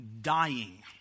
dying